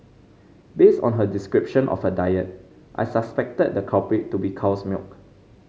based on her description of her diet I suspected the culprit to be cow's milk